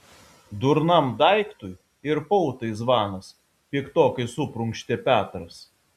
durnam daiktui ir pautai zvanas piktokai suprunkštė petras